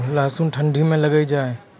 लहसुन ठंडी मे लगे जा?